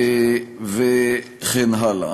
וכן הלאה.